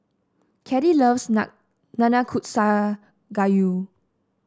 Caddie loves Nanakusa Gayu